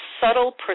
subtle